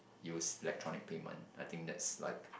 use electronic payment I think that's like